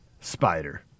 spider